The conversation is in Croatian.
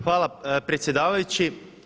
Hvala predsjedavajući.